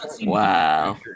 Wow